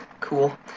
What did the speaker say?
cool